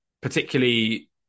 Particularly